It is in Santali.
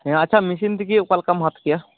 ᱦᱮᱸ ᱟᱪᱪᱷᱟ ᱢᱮᱥᱤᱱ ᱛᱮᱜᱮ ᱚᱠᱟ ᱞᱮᱠᱟᱢ ᱦᱟᱛ ᱠᱮᱭᱟ